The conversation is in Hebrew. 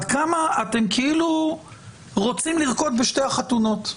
אתם כאילו רוצים לרקוד בשתי החתונות.